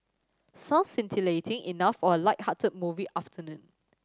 sounds scintillating enough for a lighthearted movie afternoon